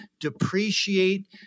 depreciate